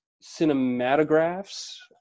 Cinematographs